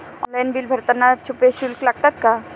Online bill भरताना छुपे शुल्क लागतात का?